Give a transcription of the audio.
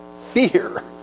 fear